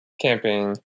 camping